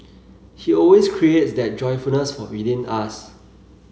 he always creates that joyfulness will within us